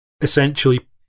essentially